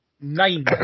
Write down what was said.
nine